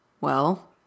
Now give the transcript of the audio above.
Well